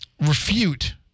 refute